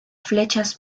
flechas